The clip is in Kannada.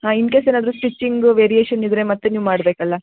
ಹಾಂ ಇನ್ಕೇಸ್ ಏನಾದರೂ ಸ್ವಿಚಿಂಗ್ ವೇರಿಯೇಷನ್ ಇದ್ದರೆ ಮತ್ತೆ ನೀವು ಮಾಡಬೇಕಲ್ಲ